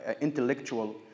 intellectual